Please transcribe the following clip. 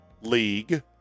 league